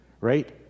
right